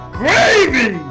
gravy